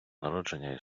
народження